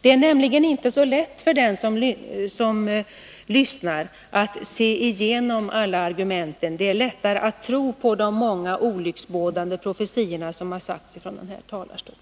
Det är nämligen inte så lätt för dem som lyssnar att se igenom alla argumenten. Det är lättare att tro på de många olycksbådande profetior som har förts fram från den här talarstolen.